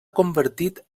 reconvertit